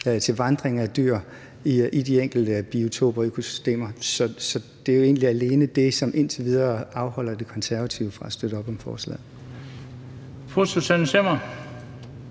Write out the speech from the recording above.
dyrs vandring i de enkelte biotoper og økosystemer. Så det er jo egentlig alene det, som indtil videre afholder De Konservative fra at støtte op om forslaget.